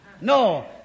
No